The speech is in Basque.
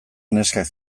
neskak